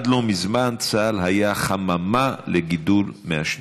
עד לא מזמן צה"ל היה חממה לגידול מעשנים.